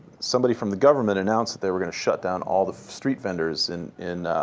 somebody from the government announced that they were going to shut down all the street vendors in in